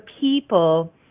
people